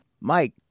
Mike